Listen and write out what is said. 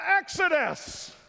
exodus